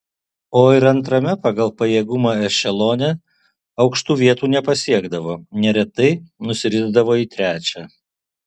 o ir antrame pagal pajėgumą ešelone aukštų vietų nepasiekdavo neretai nusirisdavo į trečią